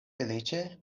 feliĉe